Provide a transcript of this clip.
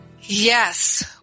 Yes